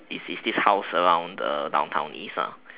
is this this house around the downtown east ah